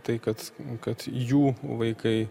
tai kad kad jų vaikai